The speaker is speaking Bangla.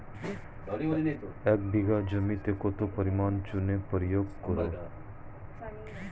এক বিঘা জমিতে কত পরিমাণ চুন প্রয়োগ করব?